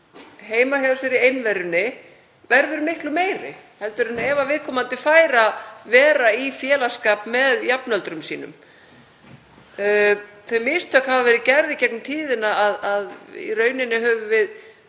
heima hjá sér í einverunni verður miklu meiri en ef viðkomandi fær að vera í félagsskap með jafnöldrum sínum. Þau mistök hafa verið gerð í gegnum tíðina að við höfum í